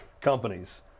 companies